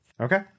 Okay